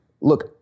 look